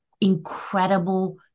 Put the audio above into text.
incredible